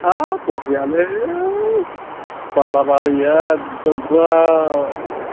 हाब बरियालै बालाबारि एखदम गुवार